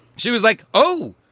she was like, oh,